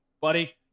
buddy